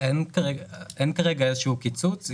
אין כרגע איזשהו קיצוץ.